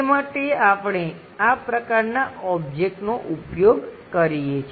તે માટે આપણે આ પ્રકારનાં ઓબ્જેક્ટનો ઉપયોગ કરીએ છીએ